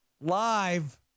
Live